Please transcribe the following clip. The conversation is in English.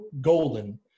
golden